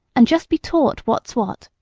and just be taught what's what.